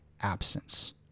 absence